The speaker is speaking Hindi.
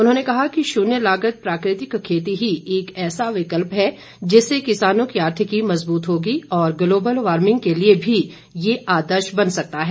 उन्होंने कहा कि शून्य लागत प्राकृतिक खेती ही एक ऐसा विकल्प है जिससे किसानों की आर्थिकी मजबूत होगी और ग्लोबल वार्मिंग के लिए भी ये आदर्श बन सकता है